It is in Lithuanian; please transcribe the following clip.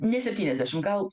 ne septyniasdešim gal